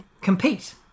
compete